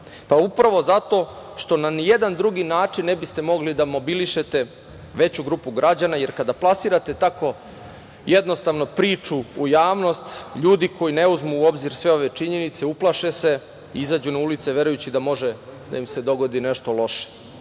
Pa, upravo zato što ni na jedan drugi način ne biste mogli da mobilišete veću grupu građana, jer kada plasirate tako jednostavno priču u javnost, ljudi koji ne uzmu u obzir sve ove činjenice uplaše se, izađu na ulice verujući da može da im se dogodi nešto loše. Peto,